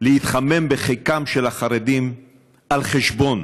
להתחמם בחיקם של החרדים על חשבון